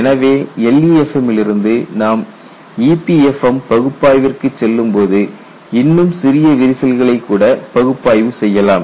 எனவே LEFM லிருந்து நாம் EPFM பகுப்பாய்விற்குச் செல்லும்போது இன்னும் சிறிய விரிசல்களை கூட பகுப்பாய்வு செய்யலாம்